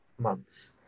months